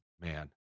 man